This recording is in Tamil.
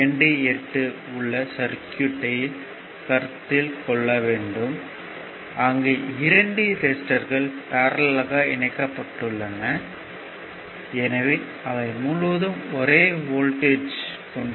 28 உள்ள சர்க்யூட் ஐக் கருத்தில் கொள்ள வேண்டும் அங்கு இரண்டு ரெசிடெர்கள் பர்ல்லேல்யாக இணைக்கப்பட்டுள்ளன எனவே அவை முழுவதும் ஒரே வோல்ட்டேஜ்யைக் கொண்டுள்ளன